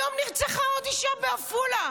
היום נרצחה עוד אישה בעפולה,